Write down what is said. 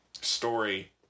story